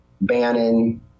Bannon